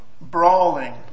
brawling